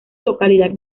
localidad